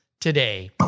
today